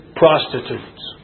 prostitutes